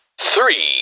three